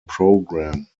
program